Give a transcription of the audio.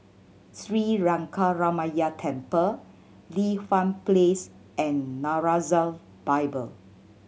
Sri Lankaramaya Temple Li Hwan Place and Nazareth Bible